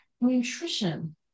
nutrition